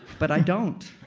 but i don't.